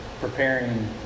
preparing